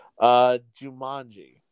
Jumanji